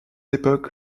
époque